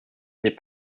des